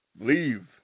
Leave